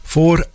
Voor